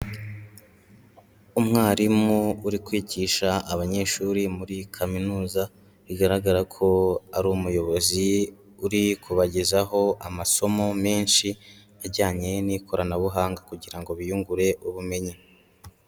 Umwarimu uri kwigisha abanyeshuri muri kaminuza, bigaragara ko ari umuyobozi uri kubagezaho amasomo menshi, ajyanye n'ikoranabuhanga kugira ngo biyungure ubumenyi.